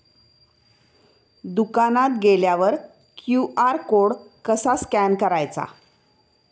दुकानात गेल्यावर QR code कसा स्कॅन करायचा?